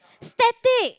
static